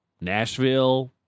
Nashville